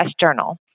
Journal